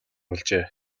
болжээ